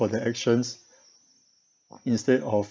for their actions instead of